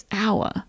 hour